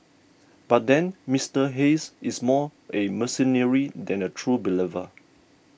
but then Mister Hayes is more a mercenary than a true believer